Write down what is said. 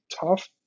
tough